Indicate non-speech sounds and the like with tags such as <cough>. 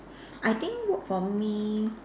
<breath> I think w~ for me